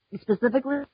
specifically